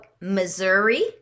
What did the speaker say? Missouri